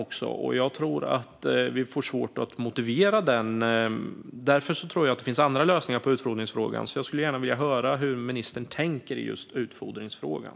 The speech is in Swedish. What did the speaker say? Jag tror därför att vi får svårt att motivera ett sådant. Jag tror att det finns andra lösningar för utfodring och vill gärna höra hur ministern tänker i just den frågan.